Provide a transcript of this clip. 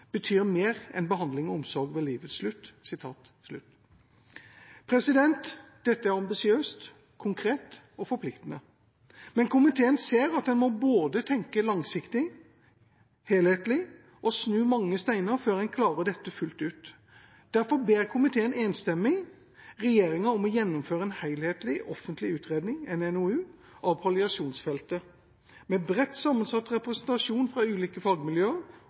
betyr mer enn behandling og omsorg ved livets slutt.» Dette er ambisiøst, konkret og forpliktende, men komiteen ser at en må tenke langsiktig og helhetlig og snu mange steiner før en klarer dette fullt ut. Derfor ber komiteen enstemmig regjeringa om å gjennomføre en helhetlig, offentlig utredning, en NOU, av palliasjonsfeltet, med bredt sammensatt representasjon fra ulike fagmiljøer,